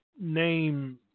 name